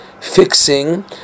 fixing